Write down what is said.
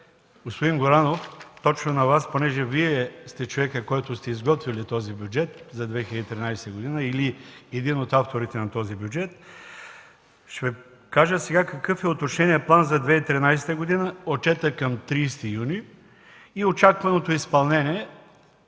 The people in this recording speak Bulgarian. господин Горанов, точно на Вас, понеже Вие сте човекът, който сте изготвили този бюджет за 2013 г., или един от авторите, да кажа какъв е уточненият план за 2013 г., отчетът към 30 юни и очакваното изпълнение.